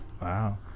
Wow